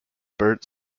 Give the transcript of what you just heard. bert